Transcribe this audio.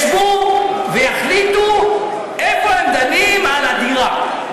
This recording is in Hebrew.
ישבו ויחליטו איפה הם דנים על הדירה,